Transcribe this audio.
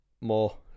more